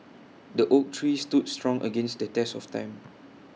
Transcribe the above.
the oak tree stood strong against the test of time